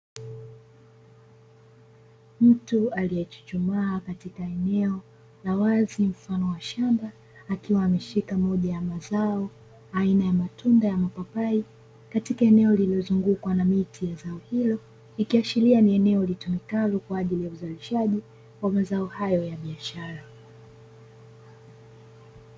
Mtu aliyechuchumaa katika eneo la wazi mfano wa shamba akiwa ameshika moja ya mazao aina ya matunda ya mapapai katika eneo lilozungukwa na miti ikiashiria ni eneo litumikalu kwa ajili ya uzalishaji wa mazao hayo ya biashara.